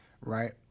right